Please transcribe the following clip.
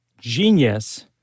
Genius